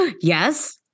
Yes